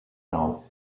nou